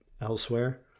elsewhere